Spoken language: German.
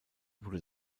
wurde